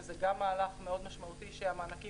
וזה גם מהלך מאוד משמעותי כדי שהמענקים